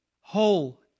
whole